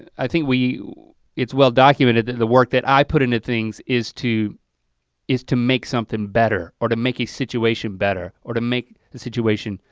i think it's well-documented that the work that i put into things is to is to make something better or to make a situation better or to make the situation,